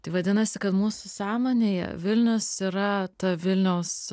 tai vadinasi kad mūsų sąmonėje vilnius yra ta vilniaus